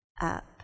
up